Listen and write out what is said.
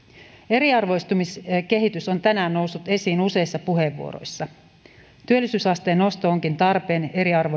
eriarvoistumiskehitys on tänään noussut esiin useissa puheenvuoroissa työllisyysasteen nosto onkin tarpeen